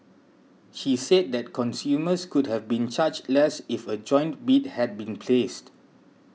she said that consumers could have been charged less if a joint bid had been placed